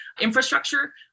infrastructure